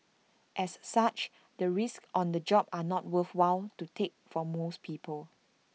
as such the risks on the job are not worthwhile to take for most people